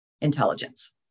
intelligence